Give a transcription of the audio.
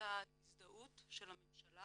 אותה הזדהות של הממשלה